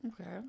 okay